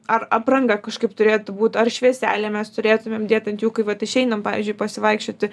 ar apranga kažkaip turėtų būt ar švieselę mes turėtumėm dėt ant jų kai vat išeinam pavyzdžiui pasivaikščioti